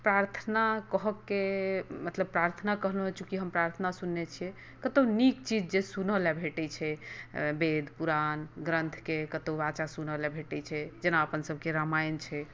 प्रार्थना कहऽ केँ मतलब प्रार्थना कहलहुँ हँ चुँकि हम प्रार्थना सुनने छी कतौ नीक चीज जे सुनऽ लेल भेटै छै वेद पुराण ग्रंथकेँ कतौ सुनऽ लेल भेटै छै जेना अपन सभकेँ रामायण छै